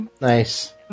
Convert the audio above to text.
Nice